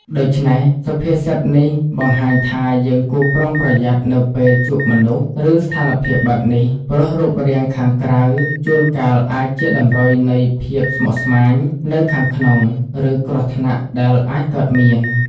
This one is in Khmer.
ដូច្នេះ សុភាសិតនេះបង្ហាញថាយើងគួរប្រុងប្រយ័ត្ននៅពេលជួបមនុស្ស ឬស្ថានភាពបែបនេះ ព្រោះរូបរាងខាងក្រៅជួនកាលអាចជាតម្រុយនៃភាពស្មុគស្មាញនៅខាងក្នុង ឬគ្រោះថ្នាក់ដែលអាចកើតមាន។